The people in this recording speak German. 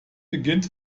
beginnt